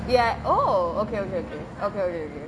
ya oh okay okay okay okay okay okay